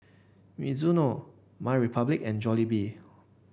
Mizuno MyRepublic and Jollibee